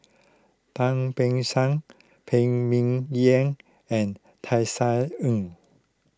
Tan Beng Phan Ming Yen and Tisa Ng